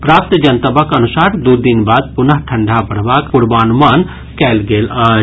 प्राप्त जनतबक अनुसार दू दिन बाद पुनः ठंडा बढ़बाक पूर्वानुमान कयल गेल अछि